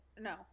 No